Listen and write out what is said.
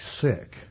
sick